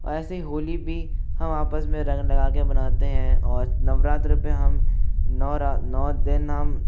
ऐसे होली भी हम आपस में रंग लगा के मनाते हैं और नवरात्र पे हम नौ रा नौ दिन हम